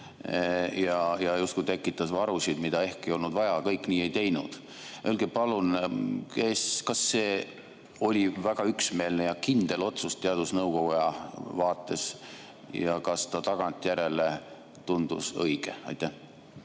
ja justkui tekitas varusid, mida ehk ei olnud vaja. Kõik nii ei teinud. Öelge palun, kas see oli väga üksmeelne ja kindel otsus teadusnõukoja vaates ja kas see tagantjärele tundus õige? Aitäh!